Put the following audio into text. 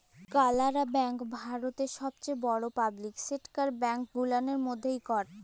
কালাড়া ব্যাংক ভারতেল্লে ছবচাঁয়ে বড় পাবলিক সেকটার ব্যাংক গুলানের ম্যধে ইকট